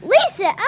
Lisa